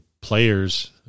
players